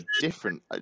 different